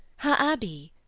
her abbey,